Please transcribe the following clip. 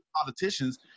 politicians